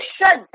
shut